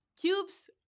Cubes